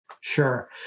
Sure